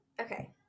Okay